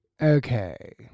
Okay